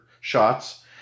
shots